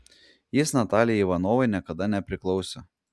jis natalijai ivanovai niekada nepriklausė